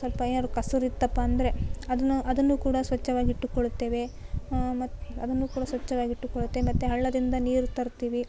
ಸ್ವಲ್ಪ ಏನಾದ್ರು ಕೆಸರಿತ್ತಪ್ಪ ಅಂದರೆ ಅದನ್ನ ಅದನ್ನು ಕೂಡ ಸ್ವಚ್ಛವಾಗಿಟ್ಟುಕೊಳ್ಳುತ್ತೇವೆ ಮತ್ತು ಅದನ್ನು ಕೂಡ ಸ್ವಚ್ಛವಾಗಿಟ್ಟುಕೊಳ್ಳುತ್ತೆ ಮತ್ತೆ ಹಳ್ಳದಿಂದ ನೀರು ತರ್ತೀವಿ